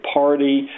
party